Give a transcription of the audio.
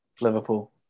Liverpool